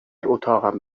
اتاقم